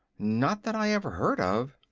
not that i ever heard of.